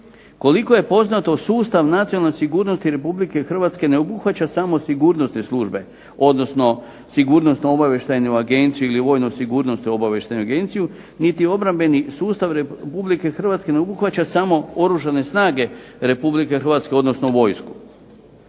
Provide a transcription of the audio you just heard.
Koliko je poznato sustav nacionalne sigurnosti RH ne obuhvaća samo sigurnosne službe, odnosno Sigurnosno obavještajnu agenciju ili Vojno sigurnosno obavještajnu agenciju niti obrambeni sustav RH ne obuhvaća samo Oružane snage RH, odnosno vojsku.